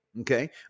Okay